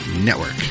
Network